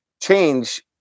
Change